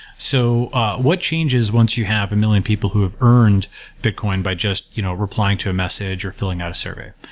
so ah what changes once you have a million people who have earned bitcoin by just you know replying to a message or filling out a survey?